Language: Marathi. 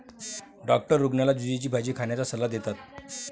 डॉक्टर रुग्णाला झुचीची भाजी खाण्याचा सल्ला देतात